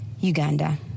Uganda